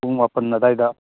ꯄꯨꯡ ꯃꯥꯄꯟ ꯑꯗ꯭ꯋꯥꯏꯗ